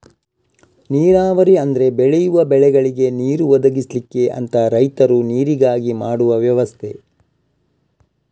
ನೀರಾವರಿ ಅಂದ್ರೆ ಬೆಳೆಯುವ ಬೆಳೆಗಳಿಗೆ ನೀರು ಒದಗಿಸ್ಲಿಕ್ಕೆ ಅಂತ ರೈತರು ನೀರಿಗಾಗಿ ಮಾಡುವ ವ್ಯವಸ್ಥೆ